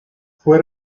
fue